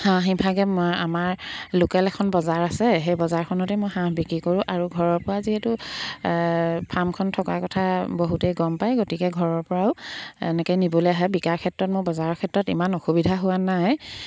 হাঁহ সিভাগে আমাৰ লোকেল এখন বজাৰ আছে সেই বজাৰখনতে মই হাঁহ বিক্ৰী কৰোঁ আৰু ঘৰৰ পৰা যিহেতু ফাৰ্মখন থকাৰ কথা বহুতেই গম পায় গতিকে ঘৰৰ পৰাও এনেকৈ নিবলৈ আহে বিকাৰ ক্ষেত্ৰত মোৰ বজাৰৰ ক্ষেত্ৰত ইমান অসুবিধা হোৱা নাই